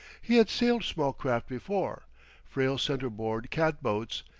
he had sailed small craft before frail center-board cat-boats,